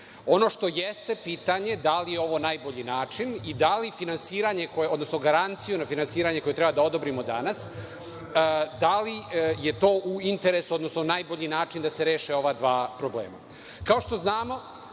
Ono što jeste pitanje da li je ovo najbolji način i da li finansiranje, odnosno garanciju na finansiranje koje treba da odobrimo danas, da li je to u interesu, odnosno najbolji način da se reše ova dva problema. Kao